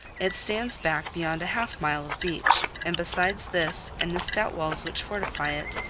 it stands back beyond a half-mile of beach, and besides this and the stout walls which fortify it,